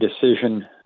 decision